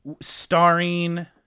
starring